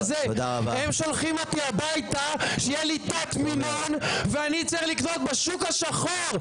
הם שולחים אותי הביתה שיהיה לי תת-מינון ואני אצטרך לקנות בשוק השחור.